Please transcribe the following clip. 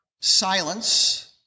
Silence